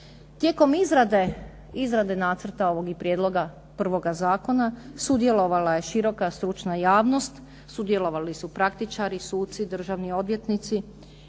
Tijekom izrade nacrta ovog i prijedloga prvoga zakona sudjelovala je široka stručna javnost, sudjelovali su praktičari, suci, državni odvjetnici.